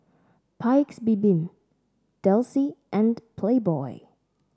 Paik's Bibim Delsey and Playboy